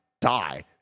die